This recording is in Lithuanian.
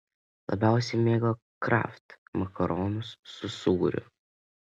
labiausiai mėgo kraft makaronus su sūriu